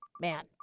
Man